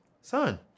son